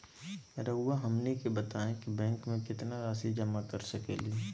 रहुआ हमनी के बताएं कि बैंक में कितना रासि जमा कर सके ली?